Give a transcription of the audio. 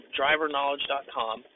driverknowledge.com